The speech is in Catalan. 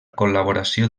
col·laboració